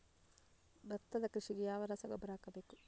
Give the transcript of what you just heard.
ಭತ್ತದ ಕೃಷಿಗೆ ಯಾವ ರಸಗೊಬ್ಬರ ಹಾಕಬೇಕು?